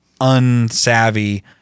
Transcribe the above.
unsavvy